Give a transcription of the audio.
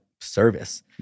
service